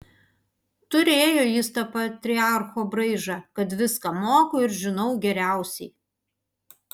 turėjo jis tą patriarcho braižą kad viską moku ir žinau geriausiai